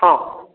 हँ